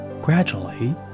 Gradually